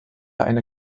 eine